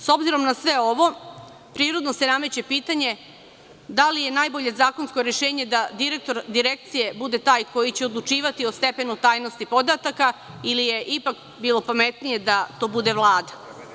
S obzirom na sve ovo, prirodno se nameće pitanje – da li je najbolje zakonsko rešenje da direktor Direkcije bude taj koji će odlučivati o stepenu tajnosti podataka ili je ipak bilo pametnije da to bude Vlada?